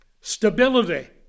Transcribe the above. Stability